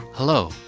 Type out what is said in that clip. Hello